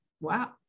wow